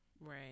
Right